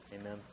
Amen